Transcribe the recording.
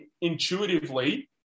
intuitively